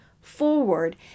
forward